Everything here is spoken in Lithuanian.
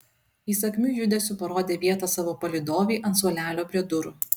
įsakmiu judesiu parodė vietą savo palydovei ant suolelio prie durų